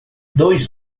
dois